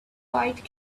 fight